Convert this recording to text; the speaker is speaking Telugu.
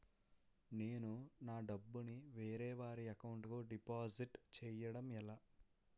నేను నా డబ్బు ని వేరే వారి అకౌంట్ కు డిపాజిట్చే యడం ఎలా?